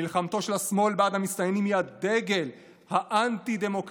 מלחמתו של השמאל בעד המסתננים היא הדגל האנטי-דמוקרטי